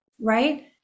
right